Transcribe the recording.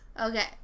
Okay